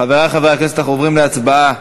חברי חברי הכנסת, אנחנו עוברים להצבעה